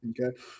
okay